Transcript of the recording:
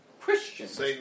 Christians